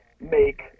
make